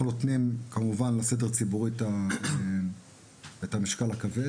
אנחנו נותנים לסדר הציבורי את המשקל הכבד